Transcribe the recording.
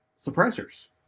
suppressors